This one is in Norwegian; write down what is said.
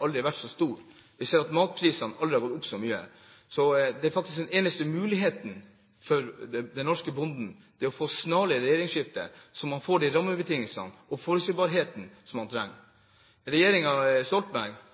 aldri har vært så stor, og vi ser at matprisene aldri har steget så mye. Så den eneste muligheten for den norske bonden er faktisk å få et snarlig regjeringsskifte, slik at man får de rammebetingelsene og den forutsigbarheten som man trenger.